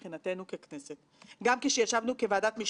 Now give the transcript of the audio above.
התעשייה וגדלה בעצמה בסביבה של עסקים כאלה,